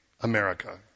America